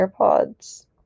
airpods